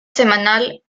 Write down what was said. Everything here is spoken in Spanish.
semanal